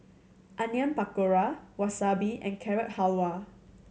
Onion Pakora Wasabi and Carrot Halwa